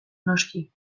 noski